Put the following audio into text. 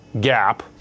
gap